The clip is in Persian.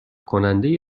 کننده